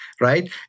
right